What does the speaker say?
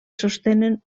sostenen